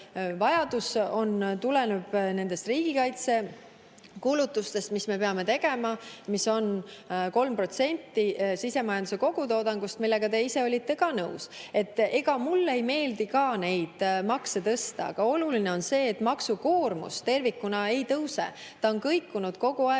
tuleneb nendest riigikaitsekulutustest, mida me peame tegema ja mis on 3% sisemajanduse kogutoodangust ja millega te ise olite ka nõus. Ega mulle ei meeldi ka neid makse tõsta, aga oluline on see, et maksukoormus tervikuna ei tõuse. See on kõikunud kogu aeg